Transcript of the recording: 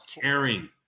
caring